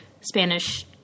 Spanish